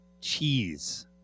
cheese